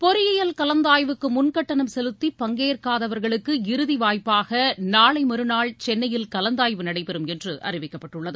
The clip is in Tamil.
பொறியியல் கலந்தாய்வுக்கு முன்கட்டணம் கெலுத்தி பங்கேற்காதவர்களுக்கு இறுதி வாய்ப்பாக நாளை மறுநாள் சென்னையில் கலந்தாய்வு நடைபெறும் என்று அறிவிக்கப்பட்டுள்ளது